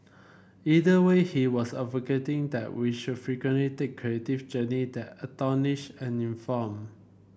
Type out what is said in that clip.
either way he was advocating that we should frequently take creative journey that astonish and inform